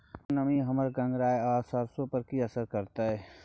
कम नमी हमर गंगराय आ सरसो पर की असर करतै?